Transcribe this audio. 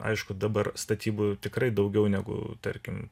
aišku dabar statybų tikrai daugiau negu tarkim